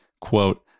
quote